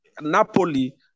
Napoli